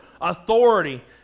authority